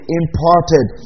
imparted